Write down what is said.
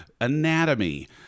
anatomy